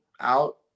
out